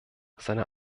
seine